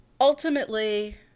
Ultimately